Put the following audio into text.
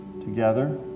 Together